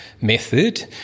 Method